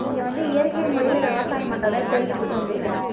நீங்கள் வந்து இயற்கை முறையில் விவசாயம் பண்ணுறதா கேள்விப்பட்டு வந்திருக்கோம்